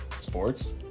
sports